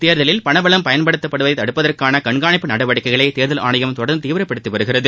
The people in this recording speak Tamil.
தேர்தலில் பணபலம் பயன்படுத்தப்படுவதைத் தடுப்பதற்கான கண்காணிப்பு நடவடிக்கைகளை தேர்தல் ஆணையம் தொடர்ந்து தீவிரப்படுத்தி வருகிறது